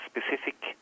specific